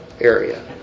area